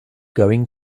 going